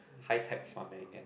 high tech farming again